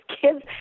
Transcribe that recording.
kids